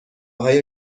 های